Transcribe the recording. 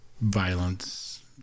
violence